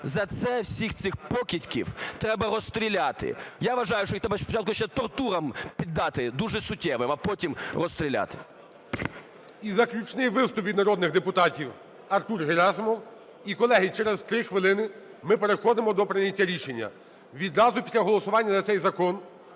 За це всіх цих покидьків треба розстріляти. Я вважаю, що їх треба спочатку ще тортурам піддати, дуже суттєвим, а потім розстріляти. ГОЛОВУЮЧИЙ. І заключний виступ від народних депутатів – Артур Герасимов. І, колеги, через 3 хвилини ми переходимо до прийняття рішення. Відразу після голосування за цей закон